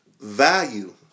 value